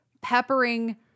peppering